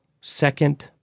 second